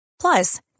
Plus